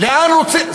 לאן רוצים,